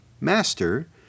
Master